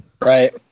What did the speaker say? Right